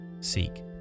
seek